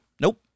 Nope